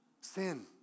Sin